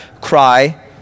cry